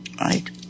Right